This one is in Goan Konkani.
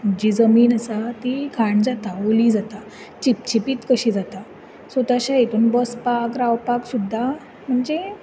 जी जमीन आसा ती घाण जाता ओली जाता चिपचिपीत कशी जाता सो तशें हितून बसपाक रावपाक सुद्दां म्हणजे